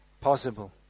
possible